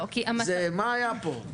מה היה פה?